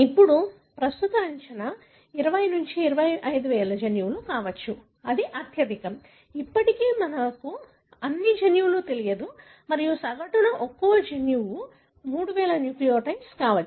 ఇప్పుడు ప్రస్తుత అంచనా 20 25 వేల జన్యువులు కావచ్చు అది అత్యధికం ఇప్పటికీ మనకు అన్ని జన్యువులు తెలియదు మరియు సగటున ఒక్కో జన్యువు 3000 న్యూక్లియోటైడ్ కావచ్చు